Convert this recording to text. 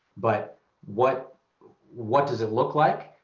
but what what does it look like?